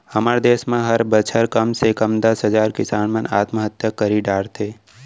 हमर देस म हर बछर कम से कम दस हजार किसान मन आत्महत्या करी डरथे